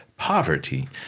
Poverty